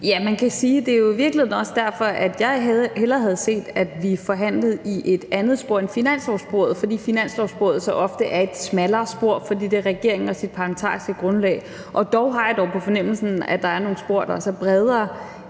Ja, man kan sige, at det jo i virkeligheden også er derfor, jeg hellere havde set, at vi forhandlede i et andet spor end finanslovssporet, fordi finanslovssporet så ofte er et smallere spor, fordi det er regeringen og dens parlamentariske grundlag. Dog har jeg på fornemmelsen, at der er nogle spor, der også er bredere